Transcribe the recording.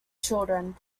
children